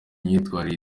imyitwarire